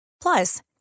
Plus